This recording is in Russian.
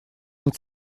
над